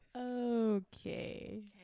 Okay